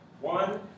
one